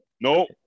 No